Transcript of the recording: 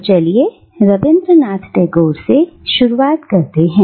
तो चलिए रविंद्र नाथ टैगोर से शुरुआत करते हैं